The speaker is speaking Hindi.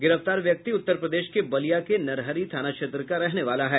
गिरफ्तार व्यक्ति उत्तर प्रदेश के बलिया के नरहरी थाना क्षेत्र का रहने वाला है